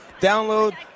download